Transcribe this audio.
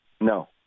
No